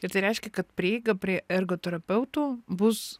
ir tai reiškia kad prieiga prie ergoterapeutų bus